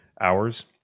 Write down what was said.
hours